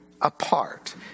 apart